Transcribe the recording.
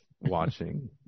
watching